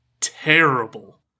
terrible